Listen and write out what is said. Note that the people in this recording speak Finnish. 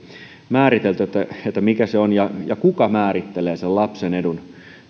määritelty mikä se on ja kuka määrittelee lapsen edun